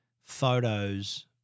photos